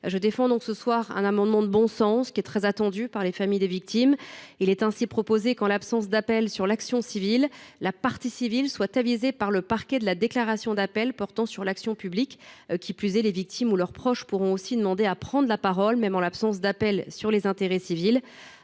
Je défends donc un amendement de bon sens, une mesure très attendue par les familles des victimes. Nous proposons que, en l’absence d’appel sur l’action civile, la partie civile soit avisée par le parquet de la déclaration d’appel portant sur l’action publique. Les victimes ou leurs proches pourront ainsi demander à prendre la parole, même en l’absence d’appel sur les intérêts civils.